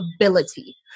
ability